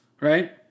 Right